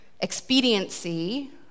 expediency